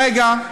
רגע.